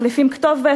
מחליפים כתובת,